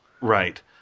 right